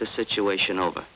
the situation over